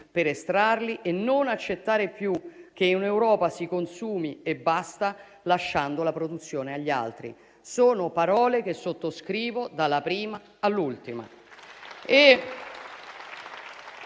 per estrarli e non accettare più che in Europa si consumi e basta, lasciando la produzione agli altri. Sono parole che sottoscrivo dalla prima all'ultima.